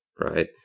right